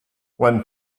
when